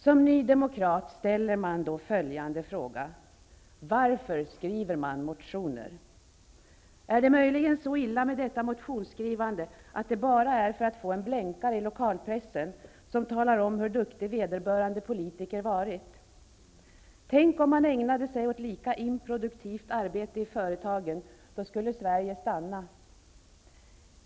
Som nydemokrat ställer man då följande fråga: Varför skriver man motioner? Är det möjligen så illa med detta motionsskrivande att det bara är till för att få en blänkare i lokalpressen, som talar om hur duktig vederbörande politiker varit? Tänk om man ägnade sig åt lika improduktivt arbete i företagen. Då skulle Sverige stanna.